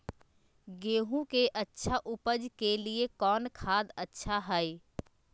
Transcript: गेंहू के अच्छा ऊपज के लिए कौन खाद अच्छा हाय?